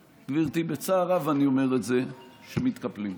גברתי, בצער רב אני אומר את זה, שמתקפלים.